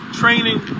training